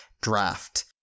Draft